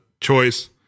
choice